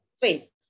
faith